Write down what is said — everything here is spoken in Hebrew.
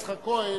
בושה.